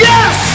Yes